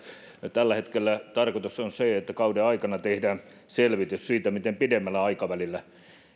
tällä hetkellä tarkoitus on se että kauden aikana tehdään selvitys siitä miten pidemmällä aikavälillä